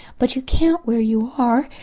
but you can't where you are.